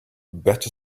better